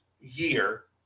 year